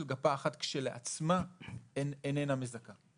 קטיעה של גפה אחת כשלעצמה איננה מזכה.